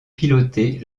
piloter